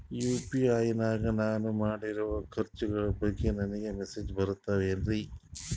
UPI ನಾಗ ನಾನು ಮಾಡಿರೋ ಖರ್ಚುಗಳ ಬಗ್ಗೆ ನನಗೆ ಮೆಸೇಜ್ ಬರುತ್ತಾವೇನ್ರಿ?